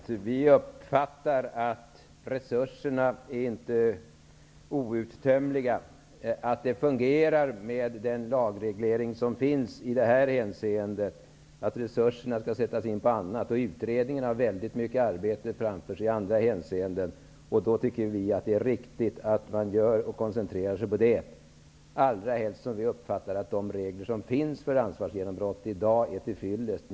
Fru talman! Resurserna är inte outtömliga. Det fungerar med den lagreglering som finns i detta hänseende. Resurserna bör sättas in på annat. Utredningen har mycket arbete framför sig i andra hänseenden. Vi tycker att det är riktigt att den koncentrerar sig på det, allra helst som vi uppfattar det som att de regler som finns för ansvarsgenombrott i dag är till fyllest.